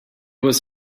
was